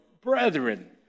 Brethren